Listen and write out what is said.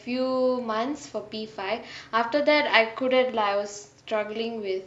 few months for P five after that I couldn't lah I was struggling with